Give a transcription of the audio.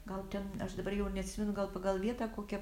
gal ten aš dabar jau neatsimenu gal pagal vietą kokią